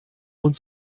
und